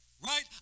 right